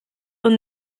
und